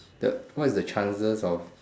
the what is the chances of